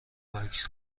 وکس